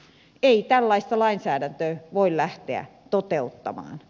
ei tällaista lainsäädäntöä voi lähteä toteuttamaan